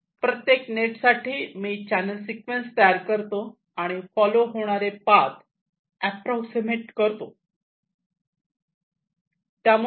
प्रत्येक नेट साठी मी चॅनेल सिक्वेन्स तयार करतो आणि फॉलो होणारे पाथ अँप्रॉक्सिमेट करतो